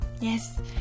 Yes